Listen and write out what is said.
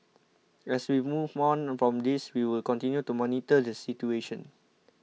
as we move on from this we will continue to monitor the situation